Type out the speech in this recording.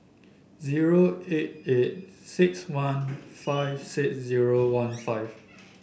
zero eight eight six one five six zero one five